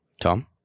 Tom